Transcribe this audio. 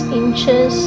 inches